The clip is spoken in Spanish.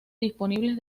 disponibles